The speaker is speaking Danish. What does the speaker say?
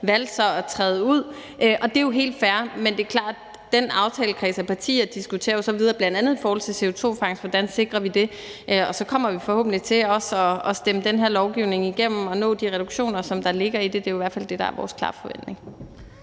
valgte så at træde ud, og det er helt fair. Men det er klart, at den aftalekreds af partier så diskuterer videre, bl.a. i forhold til hvordan vi sikrer CO2-fangst. Og så kommer vi forhåbentlig til også at stemme den her lovgivning igennem og nå de reduktioner, der ligger i det. Det er i hvert fald det, der er vores klare forventning.